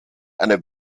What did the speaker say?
eine